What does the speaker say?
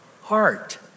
heart